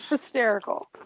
hysterical